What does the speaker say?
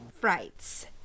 Frights